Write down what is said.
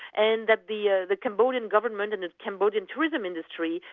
and that the ah the cambodian government and the cambodian tourism industry,